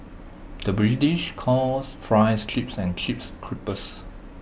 the British calls Fries Chips and Chips Crisps